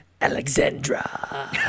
Alexandra